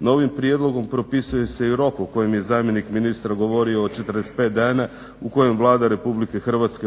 Novim prijedlogom propisuje se i rok o kojem je zamjenik ministra govorio o 45 dana u kojem Vlada RH